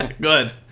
Good